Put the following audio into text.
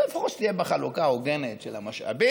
אלא לפחות שתהיה בה חלוקה הוגנת של המשאבים,